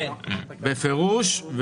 בפירוש.